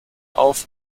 auf